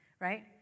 right